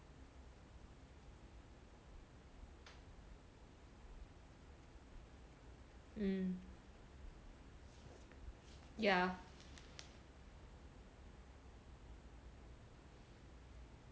um yeah